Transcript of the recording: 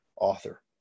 author